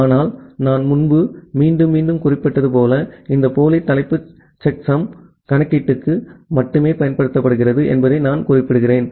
ஆனால் நான் முன்பு மீண்டும் மீண்டும் குறிப்பிட்டது போல இந்த போலி தலைப்பு செக்சம் கணக்கீடுக்கு மட்டுமே பயன்படுத்தப்படுகிறது என்பதை நான் குறிப்பிடுகிறேன்